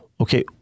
okay